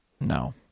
No